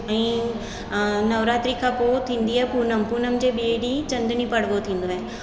ऐं नवरात्रि खां पोइ थींदी आ पूनम पूनम जे ॿिए ॾींह चांदनी पड़वो थींदो आहे